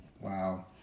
Wow